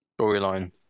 storyline